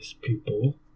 people